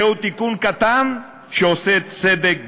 זהו תיקון קטן שעושה צדק גדול.